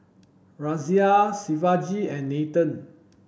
Razia Shivaji and Nathan